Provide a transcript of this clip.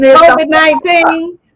COVID-19